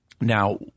Now